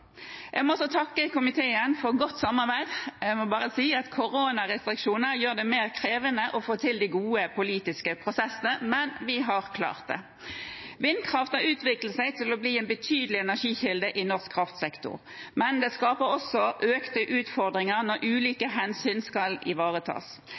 Jeg må også takke komiteen for godt samarbeid. Jeg må bare si at koronarestriksjoner gjør det mer krevende å få til de gode politiske prosessene, men vi har klart det. Vindkraft har utviklet seg til å bli en betydelig energikilde i norsk kraftsektor, men det skaper også økte utfordringer når